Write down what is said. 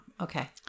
Okay